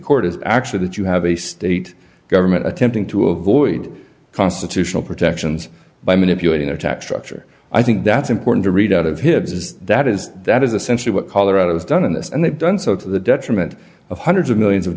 court is actually that you have a state government attempting to avoid constitutional protections by manipulating attached i think that's important to read out of hibs is that is that is essentially what colorado has done in this and they've done so to the detriment of hundreds of millions of